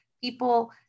people